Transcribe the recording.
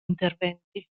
interventi